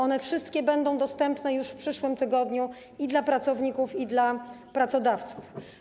One wszystkie będą dostępne już w przyszłym tygodniu i dla pracowników, i dla pracodawców.